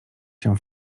się